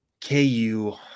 ku